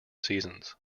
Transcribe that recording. seasons